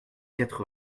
quatre